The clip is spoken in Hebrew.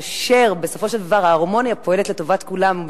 כאשר בסופו של דבר ההרמוניה פועלת לטובת כולם,